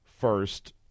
first